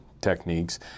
techniques